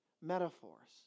metaphors